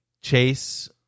Chase